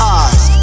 eyes